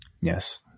Yes